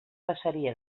passaria